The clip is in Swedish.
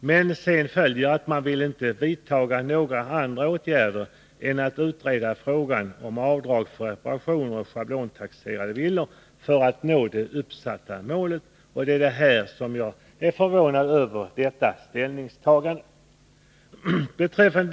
Men sedan visar det sig att man inte vill vidta några andra åtgärder än att utreda frågan om avdrag för reparationer på schablontaxerade villor för att nå det uppsatta målet. Det är detta ställningstagande som jag är förvånad över.